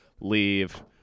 leave